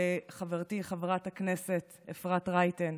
לחברתי חברת הכנסת אפרת רייטן,